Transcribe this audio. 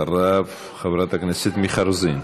ואחריו, חברת הכנסת מיכל רוזין.